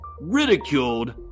ridiculed